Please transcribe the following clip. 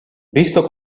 visto